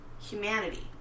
humanity